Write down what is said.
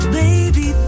baby